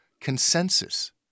consensus